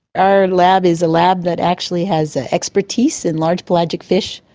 our lab is a lab that actually has expertise in large pelagic fish,